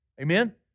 Amen